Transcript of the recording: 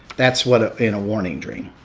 that's what ah in a warning dream,